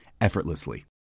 effortlessly